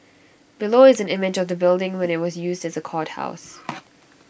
below is an image of the building when IT was used as A courthouse